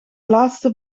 laatste